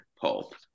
pulp